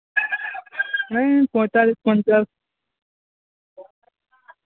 এই পঁয়তাল্লিশ পঞ্চাশ